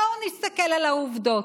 בואו נסתכל על העובדות.